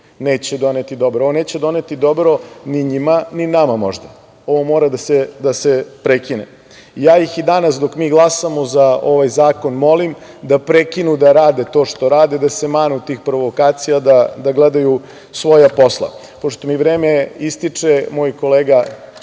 neće doneti dobro. Ovo neće doneti dobro ni njima ni nama, možda. Ovo mora da se prekine. Ja ih i danas dok mi glasamo za ovaj zakon, molim da prekinu da rade to što rade, da se manu tih provokacija, da gledaju svoja posla. Pošto mi vreme ističe, hoću da